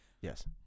Yes